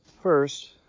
First